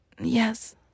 yes